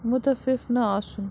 مُتَفِف نہٕ آسُن